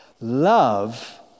Love